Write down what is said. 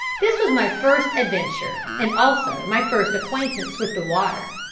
this was my first adventure, and also my first acquaintance with the water.